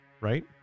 Right